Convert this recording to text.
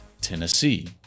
Tennessee